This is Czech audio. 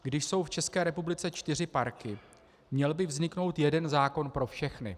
Když jsou v České republice čtyři parky, měl byl vzniknout jeden zákon pro všechny.